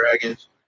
Dragons